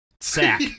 sack